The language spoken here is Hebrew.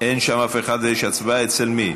אין שם אף אחד ויש הצבעה, אצל מי?